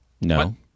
No